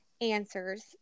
answers